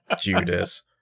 Judas